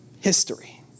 history